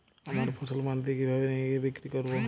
আমার ফসল মান্ডিতে কিভাবে নিয়ে গিয়ে বিক্রি করব?